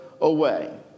away